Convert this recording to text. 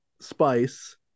spice